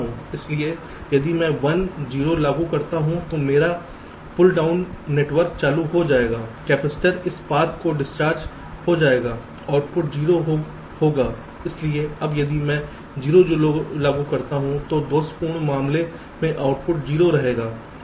इसलिए यदि मैं 1 0 लागू करता हूं तो मेरा पुल डाउन नेटवर्क चालू हो जाएगा कैपेसिटर इस पाथ से डिस्चार्ज हो जाएग आउटपुट 0 होगा इसलिए अब यदि मैं 0 0 लागू करता हूं तो दोषपूर्ण मामले में आउटपुट 0 रहेगा